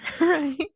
Right